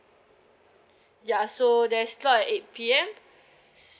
ya so there's slot at eight P_M